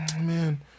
man